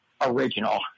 original